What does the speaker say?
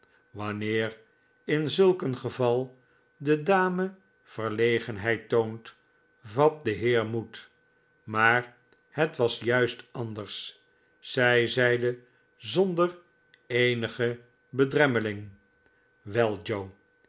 wanneer in zulk een geval de dame verlegenheid toont vat de heer moed maar het was juist anders zij zeide zonder eenige bedremmeling wel joe